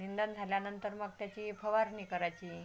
निंदण झाल्यानंतर मग त्याची फवारणी करायची